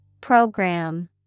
Program